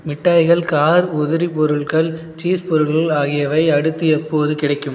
மிட்டாய்கள் car உதிரி பொருள்கள் cheese பொருட்கள் ஆகியவை அடுத்து எப்போது கிடைக்கும்